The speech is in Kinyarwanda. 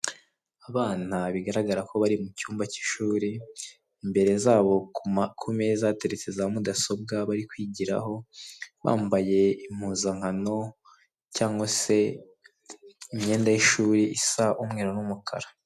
Abana bigaragara ko bari mu cyumba cy'ishuri, imbere zabo kumeza hateretse za mudasobwa bari kwigiraho bambaye impuzankano, cyangwa se imyenda y'ishuri isa umweru n'umukara.